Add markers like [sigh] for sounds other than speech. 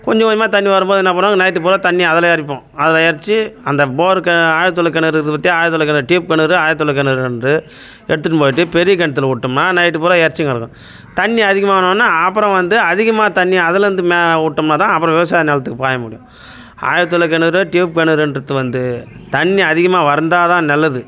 கொஞ்சம் கொஞ்சமாக தண்ணி வரும் போது என்ன பண்ணுவாங்க நைட்டுப்பூரா தண்ணியை அதில் இரைப்போம் அதில் எரச்சு அந்த போருக்கு ஆழ்துளைக்கிணறு இருக்குது பார்த்தியா ஆழ்துளைக்கிணறு டியூப் கெணறு ஆழ்துளைக்கிணறு [unintelligible] எடுத்துகிட்டு போயிட்டு பெரிய கிணத்துல விட்டோம்னா நைட்டுப்பூரா இரச்சினு கிடக்கும் தண்ணி அதிகமாக ஆனோடன்ன அப்புறம் வந்து அதிகமாக தண்ணி அதுலிருந்து மேலே விட்டோம்னாதான் அப்புறம் விவசாய நிலத்துக்கு பாய முடியும் ஆழ்துளைக்கிணறு டியூப் கிணறுன்றது வந்து தண்ணி அதிகமாக வருந்தால்தான் நல்லது